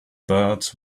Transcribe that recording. birds